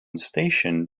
station